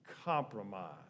compromise